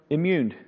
Immune